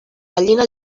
gallina